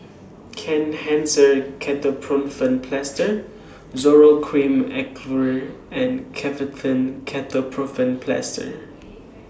Kenhancer Ketoprofen Plaster Zoral Cream and Ketoprofen Plaster